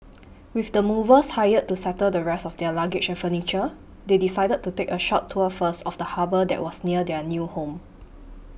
with the movers hired to settle the rest of their luggage and furniture they decided to take a short tour first of the harbour that was near their new home